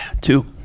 Two